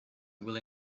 will